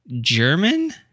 German